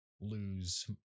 lose